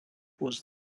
was